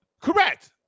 Correct